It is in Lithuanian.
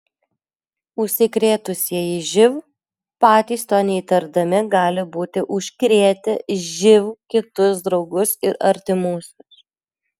užsikrėtusieji živ patys to neįtardami gali būti užkrėtę živ kitus draugus ir artimuosius